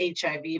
HIV